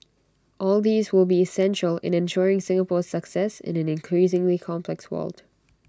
all these will be essential in ensuring Singapore's success in an increasingly complex world